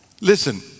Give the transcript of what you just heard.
listen